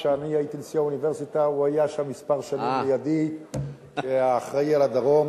כשאני הייתי נשיא האוניברסיטה הוא היה שם כמה שנים לידי כאחראי לדרום,